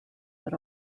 but